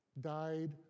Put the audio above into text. died